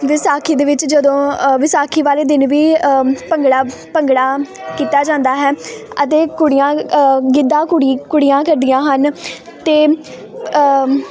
ਵਿਸਾਖੀ ਦੇ ਵਿੱਚ ਜਦੋਂ ਅ ਵਿਸਾਖੀ ਵਾਲੇ ਦਿਨ ਵੀ ਭੰਗੜਾ ਭੰਗੜਾ ਕੀਤਾ ਜਾਂਦਾ ਹੈ ਅਤੇ ਕੁੜੀਆਂ ਗਿੱਧਾ ਕੁੜੀ ਕੁੜੀਆਂ ਕਰਦੀਆਂ ਹਨ ਅਤੇ